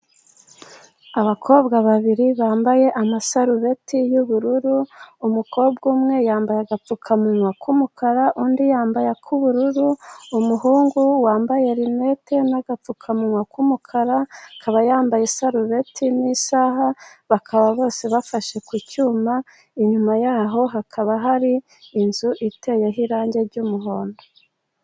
Abakobwa babiri bambaye amasarubeti y'ubururu, umukobwa umwe yambaye agapfukamunwa k'umukara, undi yambaye ak'ubururu, umuhungu wambaye rinete n'agapfukamunwa k'umukara, akaba yambaye sarubeti n'isaha, bakaba bose bafashe ku cyuma, inyuma yaho hakaba hari inzu iteyeho irange ry'umuhondo.